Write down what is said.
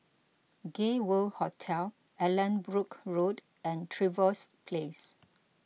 Gay World Hotel Allanbrooke Road and Trevose Place